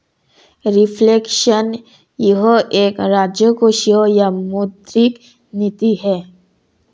reflection यह एक राजकोषीय या मौद्रिक नीति है